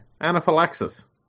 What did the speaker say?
Anaphylaxis